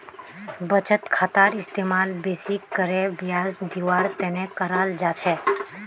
बचत खातार इस्तेमाल बेसि करे ब्याज दीवार तने कराल जा छे